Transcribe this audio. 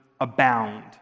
abound